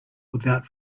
without